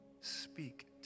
speak